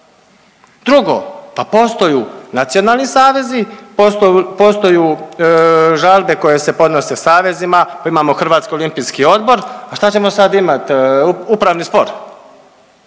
Drugo, pa postoju nacionalni savezi, postoju žalbe koje se podnose savezima, imamo Hrvatski olimpijski odbor, a šta ćemo sad imati, upravni spor?